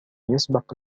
يسبق